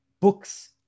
books